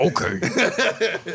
Okay